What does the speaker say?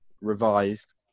revised